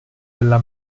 della